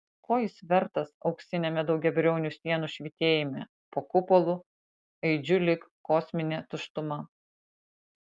ko jis vertas auksiniame daugiabriaunių sienų švytėjime po kupolu aidžiu lyg kosminė tuštuma